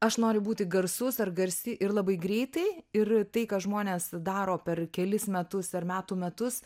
aš noriu būti garsus ar garsi ir labai greitai ir tai ką žmonės daro per kelis metus ar metų metus